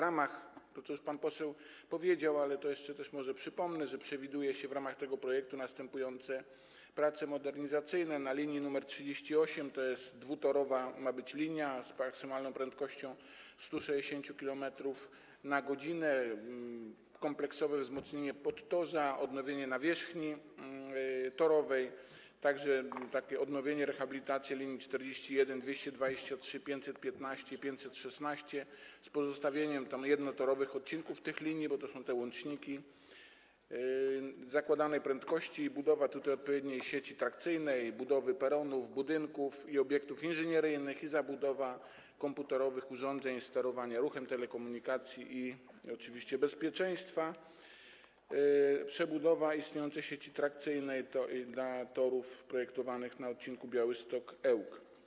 Jak już pan poseł powiedział, ale jeszcze może przypomnę, przewiduje się w ramach tego projektu następujące prace modernizacyjne: na linii nr 38 - ma być dwutorowa ta linia, z maksymalną prędkością 160 km/h - kompleksowe wzmocnienie podtorza, odnowienie nawierzchni torowej, także odnowienie, rehabilitacja linii nr 41, 223, 515 i 516, z pozostawieniem tam jednotorowych odcinków, bo to są te łączniki, przy zakładanej tam prędkości, i budowę tutaj odpowiedniej sieci trakcyjnej, budowę peronów, budynków i obiektów inżynieryjnych, a także zabudowę komputerowych urządzeń sterowania ruchem, telekomunikacji i oczywiście bezpieczeństwa, przebudowę istniejącej sieci trakcyjnej dla torów projektowanych na odcinku Białystok - Ełk.